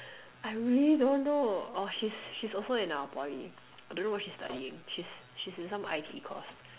I really don't know oh she's she's also in our Poly I don't know what she's studying she's she's in some I_T course